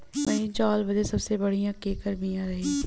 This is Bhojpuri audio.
महीन चावल बदे सबसे बढ़िया केकर बिया रही?